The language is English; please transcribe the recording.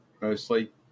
mostly